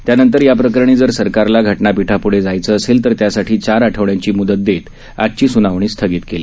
त्यानंतर या प्रकरणी जर सरकारला घटनापीठापूढे जायचं असेल तर त्यासाठी चार आठवड्यांची मूदत देत आजची सुणावणी स्थगित केली